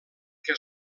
que